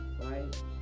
Right